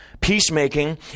Peacemaking